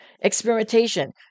experimentation